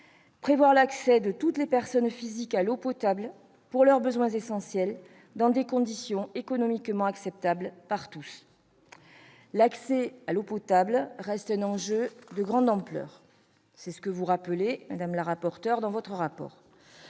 prévoyant l'accès de toutes les personnes physiques à l'eau potable pour leurs besoins essentiels dans des conditions économiquement acceptables par tous. L'accès à l'eau potable reste un enjeu de grande ampleur. Vous le rappelez dans votre rapport,